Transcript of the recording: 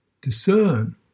discern